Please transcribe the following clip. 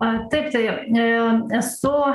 a taip tai e esu